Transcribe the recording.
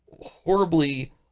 horribly